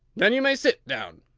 then you may sit down,